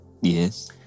yes